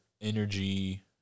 energy